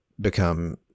become